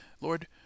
Lord